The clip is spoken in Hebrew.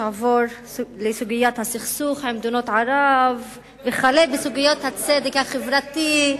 עבור לסוגיית הסכסוך עם מדינות ערב ועד לסוגיות הצדק החברתי,